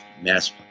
mass